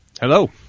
Hello